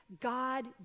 God